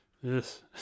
yes